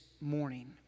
morning